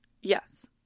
Yes